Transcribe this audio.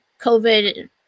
COVID